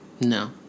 No